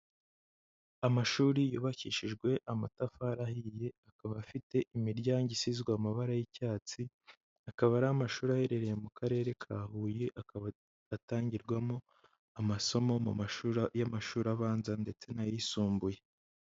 Amashuri yubakishijwe amatafari ahiye, akaba afite imiryango isizwe amabara y'icyatsi, akaba ari amashuri aherereye mu Karere ka Huye, akaba atangirwamo, amasomo mu mashuri y'amashuri abanza ndetse n'ayisumbuye.